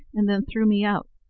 and then threw me out,